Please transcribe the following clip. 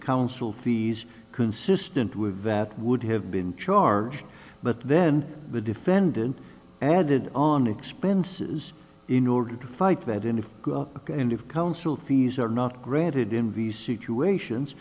council fees consistent with that would have been charged but then the defendant added on expenses in order to fight that into counsel fees are not granted in v situations